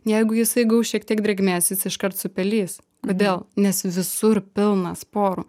jeigu jisai gaus šiek tiek drėgmės jis iškart supelys kodėl nes visur pilna sporų